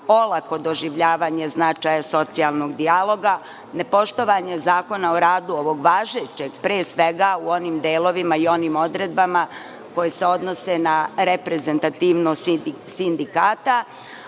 olako doživljavanje značaja socijalnog dijaloga, nepoštovanje Zakona o radu, ovog važećeg, pre svega u onim delovima i onim odredbama koje se odnose na reprezentativnost sindikata,